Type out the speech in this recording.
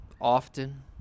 often